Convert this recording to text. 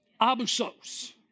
Abusos